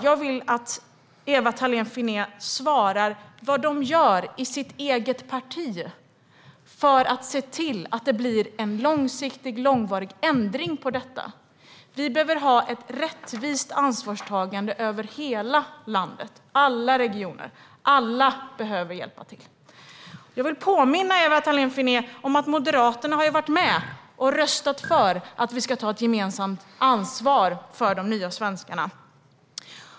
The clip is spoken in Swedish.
Jag vill att Ewa Thalén Finné svarar på vad de gör i sitt eget parti för att se till att det blir en långsiktig, långvarig ändring på detta. Vi behöver ha ett rättvist ansvarstagande över hela landet, i alla regioner, och alla behöver hjälpa till. Jag vill påminna Ewa Thalén Finné om att Moderaterna har varit med och röstat för att vi ska ta ett gemensamt ansvar för de nya svenskarna.